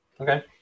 Okay